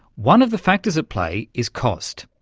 one of the factors at play is cost.